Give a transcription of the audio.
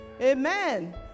amen